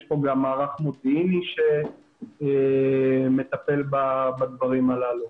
יש כאן גם מערך מודיעיני שמטפל בדברים הללו.